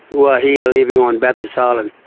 who are here, living on bathurst ah island.